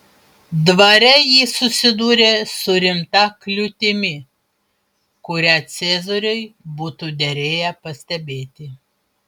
dvare ji susidūrė su rimta kliūtimi kurią cezariui būtų derėję pastebėti